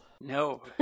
No